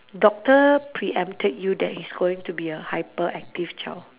doctor pre-empted you that he's going to be a hyperactive child